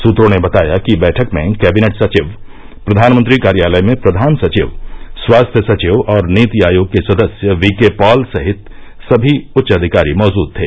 सूत्रों ने बताया कि बैठक में कैबिनेट सचिव प्रधानमंत्री कार्यालय में प्रधान सचिव स्वास्थ्य सचिव और नीति आयोग के सदस्य वीकेपॉल सहित सभी उच्च अधिकारी मौजूद थे